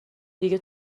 دیگه